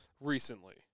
Recently